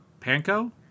panko